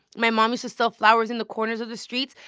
my mom used to sell flowers in the corners of the streets.